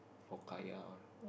for kaya all